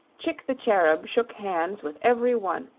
chick the cherub shook hands with every one,